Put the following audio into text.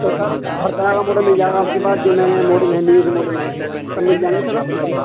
تو سر ہر طرح کا ماڈل مل جائے گا آپ کے پاس جو نیا نیا ماڈل ہے نیو سے ماڈل ہیں سب مل جائیں گے سر آپ کے پاس